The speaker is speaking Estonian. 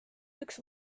üks